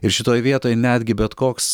ir šitoj vietoj netgi bet koks